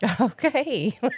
Okay